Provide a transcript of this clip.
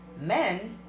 Men